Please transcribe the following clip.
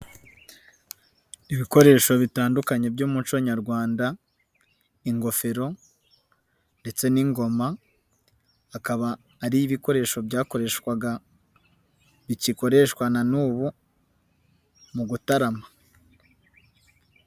Ibikoresho bitandukanye by'umuco nyarwanda, ingofero ndetse n'ingoma, akaba ari ibikoresho byakoreshwaga, bigikoreshwa na n'ubu mu gutarama.